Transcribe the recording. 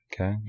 Okay